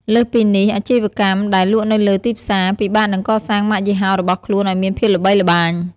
លើសពីនេះ អាជីវកម្មដែលលក់នៅលើ ទីផ្សារ ពិបាកនឹងកសាងម៉ាកយីហោរបស់ខ្លួនឱ្យមានភាពល្បីល្បាញ។